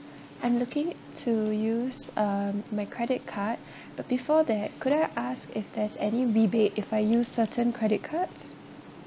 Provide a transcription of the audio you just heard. I'm looking to use um my credit card but before that could I ask if there's any rebate if I use certain credit cards